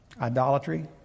Idolatry